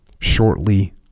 shortly